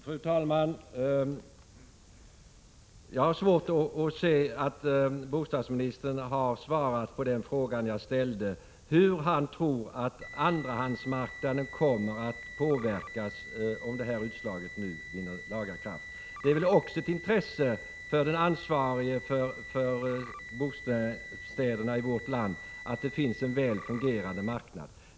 Fru talman! Jag har svårt att se att bostadsministern har svarat på den fråga jag ställde, hur han tror att andrahandsmarknaden kommer att påverkas, om domstolsutslaget vinner laga kraft. Det är väl ett intresse också för den ansvarige för bostäderna i vårt land att det finns en väl fungerande marknad.